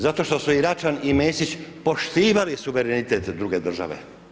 Zato što su i Račan i Mesić poštivali suverenitet druge države.